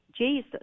jesus